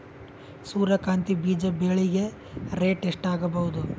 ಸೂರ್ಯ ಕಾಂತಿ ಬೀಜ ಬೆಳಿಗೆ ರೇಟ್ ಎಷ್ಟ ಆಗಬಹುದು?